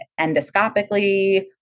endoscopically